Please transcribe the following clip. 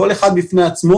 כל אחד בפני עצמו,